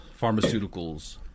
pharmaceuticals